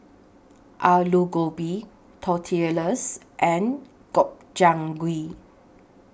Alu Gobi Tortillas and Gobchang Gui